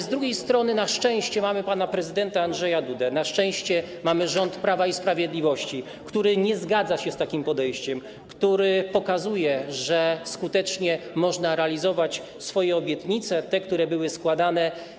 Z drugiej strony na szczęście mamy pana prezydenta Andrzeja Dudę, na szczęście mamy rząd Prawa i Sprawiedliwości, który nie zgadza się z takim podejściem, który pokazuje, że skutecznie można realizować swoje obietnice, te, które były składane.